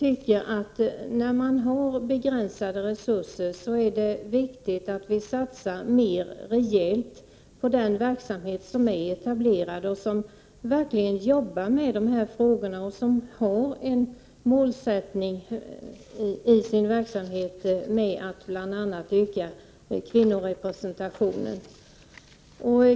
När resurserna är begränsade är det viktigt att satsa mer rejält på den verksamhet som är etablerad, där man verkligen jobbar med dessa frågor och har en målsättning, bl.a. att öka kvinnorepresentationen.